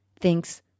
thinks